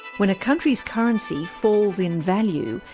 when a country's currency falls in value,